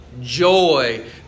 Joy